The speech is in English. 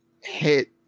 hit